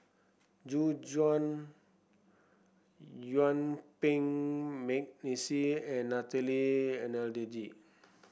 Gu Juan Yuen Peng McNeice and Natalie Hennedige